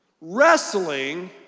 wrestling